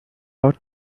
out